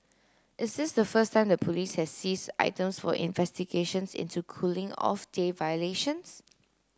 is this the first time the police has seized items for investigations into cooling off day violations